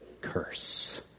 curse